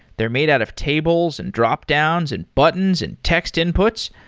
they're made out of tables and dropdowns and buttons and text inputs.